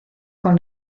con